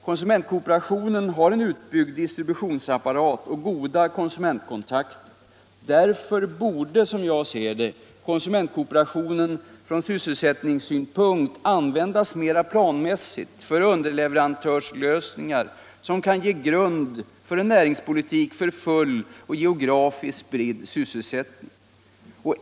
Konsumentkooperationen har en utbyggd distributionsapparat och goda konsumentkontakter. Därför borde, som jag ser det, konsumentkooperationen från sysselsättningssynpunkt användas mera planmässigt för underleverantörslösningar som kan ge grund för en näringspolitik för full och geografiskt spridd sysselsättning.